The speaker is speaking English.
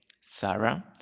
Sarah